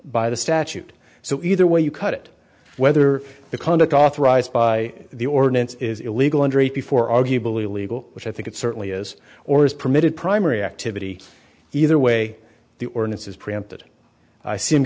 by the statute so either way you cut it whether the conduct authorized by the ordinance is illegal under it before arguably legal which i think it certainly is or is permitted primary activity either way the ordinance is preempted i see him